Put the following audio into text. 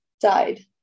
died